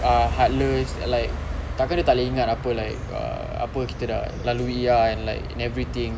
ah heartless like tak kan dia tak boleh ingat apa like uh apa kita dah lalui ah like everything